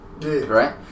right